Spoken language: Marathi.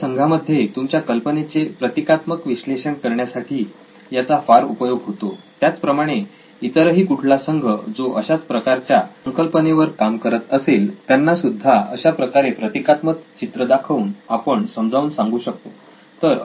तुमच्या संघामध्ये तुमच्या कल्पनेचे प्रतिकात्मक विश्लेषण करण्यासाठी याचा फार उपयोग होतो त्याचप्रमाणे इतरही कुठला संघ जो अशाच प्रकारच्या संकल्पनेवर काम करत असेल त्यांना सुद्धा अशा प्रकारे प्रतीकात्मक चित्र दाखवून आपण समजावून सांगू शकतो